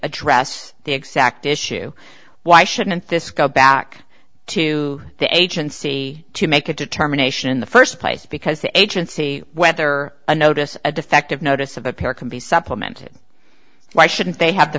address the exact issue why shouldn't this go back to the agency to make a determination in the first place because the agency whether a notice a defective notice of a pair can be supplemented why shouldn't they have the